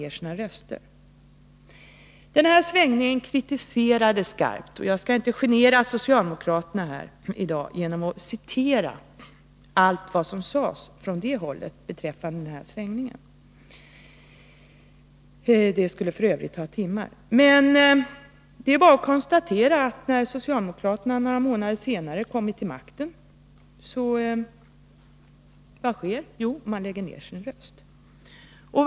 Denna svängning gentemot det tidigare ställningstagandet kritiserades skarpt. Jag skall inte genera socialdemokraterna genom att citera allt vad de sade beträffande denna svängning — det skulle f. ö. ta timmar i anspråk. Men vad sker då när socialdemokraterna några månader senare kommer till makten? Jo, också då lägger Sverige ned sin röst i FN.